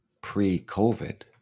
pre-COVID